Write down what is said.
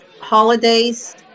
Holidays